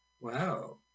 Wow